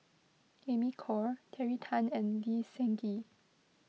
Amy Khor Terry Tan and Lee Seng Gee